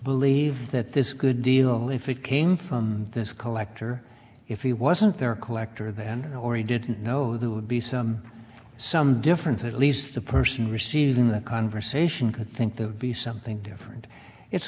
believe that this good deal if it came from this collector if he wasn't there collector then or he didn't know there would be some difference at least the person receiving the conversation could think to be something different it's